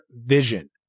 vision